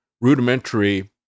rudimentary